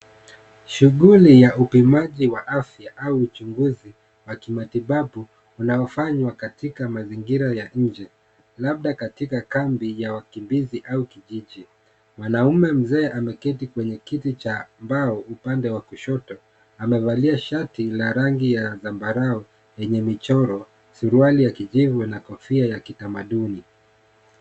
Shughuli ya upimaji wa afya au uchunguzi wa kimatibabu unaofanywa katika mazingira ya nje labda katika kambi ya wakimbizi au kijiji. Mwanaume mzee ameketi kwenye kiti cha mbao upande wa kushoto. Amevalia shati la rangi ya zambarau yenye michoro, suruali ya kijivu na kofia ya kitamaduni.